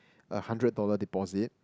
a hundred dollar deposit